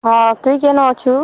ହଁ ତୁଇ କେନ ଅଛୁ